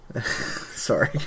sorry